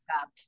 up